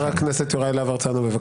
חבר הכנסת יוראי להב הרצנו.